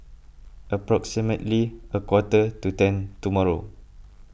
approximately a quarter to ten tomorrow